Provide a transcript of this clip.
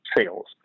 sales